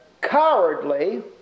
cowardly